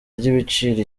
ry’ibiciro